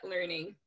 learning